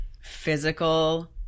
physical